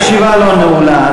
הישיבה לא נעולה,